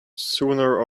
sooner